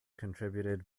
contributed